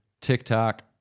TikTok